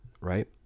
right